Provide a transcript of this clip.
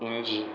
இஞ்சி